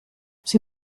sie